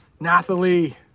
Nathalie